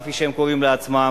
כפי שהם קוראים לעצמם,